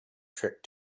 trick